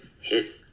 hit